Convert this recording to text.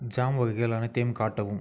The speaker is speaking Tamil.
ஜாம் வகைகள் அனைத்தையும் காட்டவும்